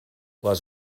les